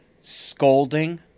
Scolding